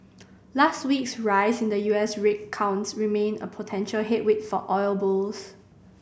last week's rise in the U S rig count remain a potential headwind for oil bulls